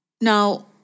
Now